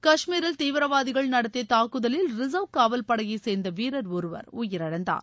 காஷ்மீரில் தீவிரவாதிகள் நடத்திய தாக்குதலில் ரிசர்வ் காவல்படையைச் சேர்ந்த வீரர் ஒருவர் உயிரிழந்தார்